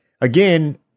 again